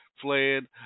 playing